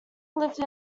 lived